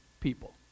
people